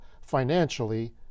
financially